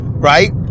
Right